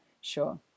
Sure